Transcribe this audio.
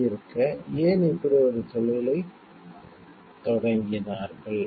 அப்படியிருக்க ஏன் இப்படி ஒரு தொழிலைத் தொடங்கினார்கள்